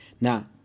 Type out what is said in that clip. Now